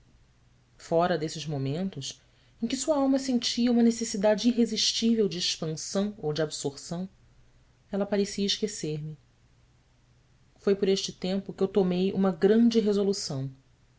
fora desses momentos em que sua alma sentia uma necessidade irresistível de expansão ou de absorção ela parecia esquecer-me foi por este tempo que eu tomei uma grande resolução